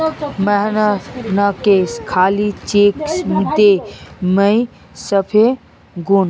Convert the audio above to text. मोहनके खाली चेक दे मुई फसे गेनू